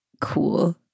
cool